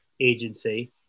agency